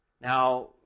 Now